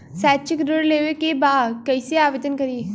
शैक्षिक ऋण लेवे के बा कईसे आवेदन करी?